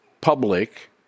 public